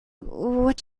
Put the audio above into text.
what